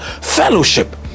Fellowship